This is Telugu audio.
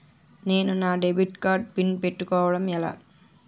నేను నా డెబిట్ కార్డ్ పిన్ పెట్టుకోవడం ఎలా?